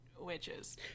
witches